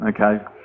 okay